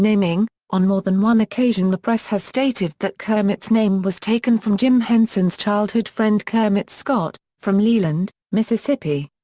naming on more than one occasion the press has stated that kermit's name was taken from jim henson's childhood friend kermit scott, from leland, mississippi.